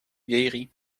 vieilleries